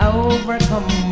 overcome